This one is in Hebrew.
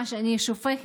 מה שאני שופכת,